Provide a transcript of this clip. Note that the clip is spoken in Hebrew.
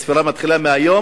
הספירה מתחילה מהיום,